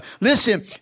Listen